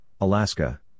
Alaska